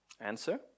Answer